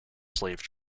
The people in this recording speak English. slave